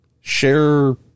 share